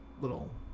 little